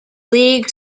league